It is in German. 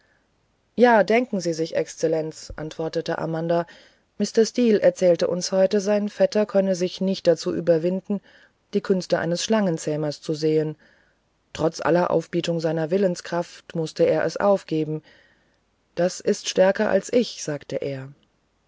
ja denken sie sich exzellenz antwortete amanda mr steel erzählte uns heute sein vetter könne sich nicht dazu überwinden die künste eines schlangenzähmers zu sehen trotz aller aufbietung seiner willenskraft mußte er es aufgeben das ist stärker als ich sagte er